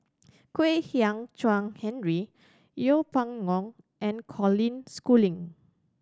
Kwek Hian Chuan Henry Yeng Pway Ngon and Colin Schooling